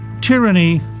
Tyranny